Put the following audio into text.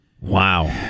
Wow